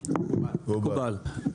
מקובל.